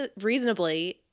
reasonably